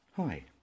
Hi